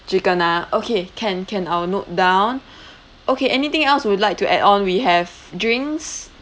chicken ah okay can can I'll note down okay anything else would like to add on we have drinks